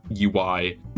UI